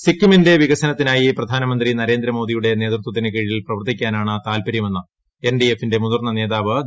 സിക്കിമിന്റെ വികസനത്തിനായി പ്രധാനമന്ത്രി നരേന്ദ്രമോദിയുടെ നേതൃത്വത്തിന് കീഴിൽ പ്രവർത്തിക്കാനാണ് താത്പര്യമെന്ന് എസ് ഡി എഫിന്റെ മുതിർന്ന നേതാവ് ദോർജി ഷെറിംഗ് പറഞ്ഞു